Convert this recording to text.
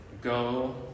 Go